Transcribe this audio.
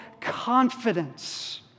confidence